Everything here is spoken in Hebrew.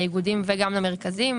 לאיגודים וגם למרכזים.